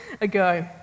ago